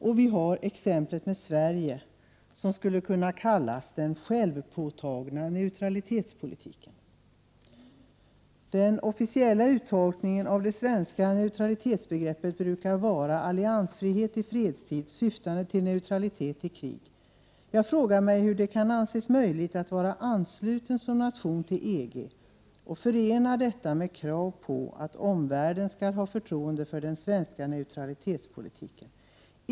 Och vi har exemplet Sverige, som skulle kunna kallas den självpåtagna neutralitetspolitiken. Den officiella uttolkningen av det svenska neutralitetsbegreppet brukar vara ”alliansfrihet i fredstid syftande till neutralitet i krig”. Jag frågar mig hur det kan anses möjligt att vara ansluten som nation till EG och förena detta med krav på att omvärlden skall ha förtroende för den svenska neutralitetspolitiken.